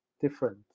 different